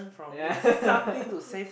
yeah